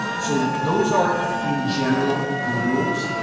so those are in general the rules.